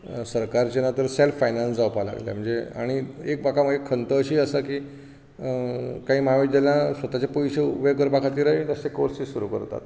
सरकारचे ना तर सॅल्फ फायनेनस्ड जावपाक लागल्यात म्हणजे आनी एक म्हाका खंत अशी आसा की कांय महाविद्यालयां स्वताचे पयशे उबे करपा खातीरय अशे कोर्सीस सुरू करतात